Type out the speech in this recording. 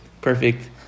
perfect